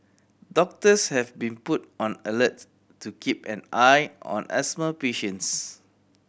doctors have been put on alert to keep an eye on asthma patients